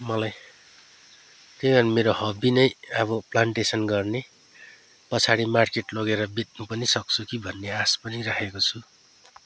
मलाई त्यही अनि मेरो हबी नै अब प्लान्टेसन गर्ने पछाडि मार्केट लगेर बेच्नु पनि सक्छु कि भन्ने आस पनि राखेको छु